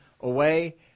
away